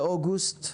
באוגוסט,